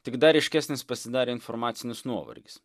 tik dar ryškesnis pasidarė informacinis nuovargis